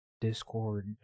Discord